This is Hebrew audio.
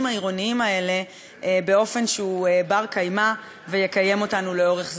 העירוניים האלה באופן שהוא בר-קיימא ויקיים אותנו לאורך זמן.